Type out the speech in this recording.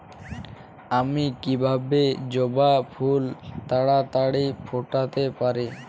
আমি কিভাবে জবা ফুল তাড়াতাড়ি ফোটাতে পারি?